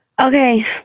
Okay